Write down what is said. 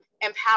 empower